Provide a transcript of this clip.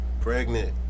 Pregnant